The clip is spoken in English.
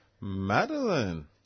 Madeline